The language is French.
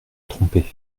trompés